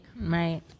Right